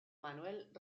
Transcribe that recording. manuel